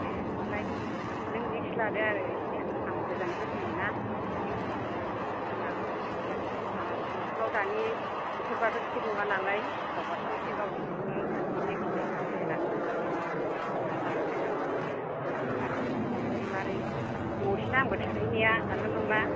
दे होनबालाय नों रिक्स लादो आरो एसे आंबो गोजाननिफ्राय फैनाय ना ओंखायनो गिनांगोन लामा सामाफ्राव दानि बोथोरफ्राथ' थिग नङा नालाय गिथाव बाथाव एसे गावजों गावनो ओंखायनो गिनाय फैलायलाङो सिना जानाखाय आङो सोंहरदों आरो माबोरै माबोरै गोबावसैना आंबो थाहैनाया दानिल' नंला